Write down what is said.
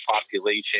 population